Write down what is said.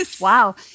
wow